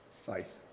Faith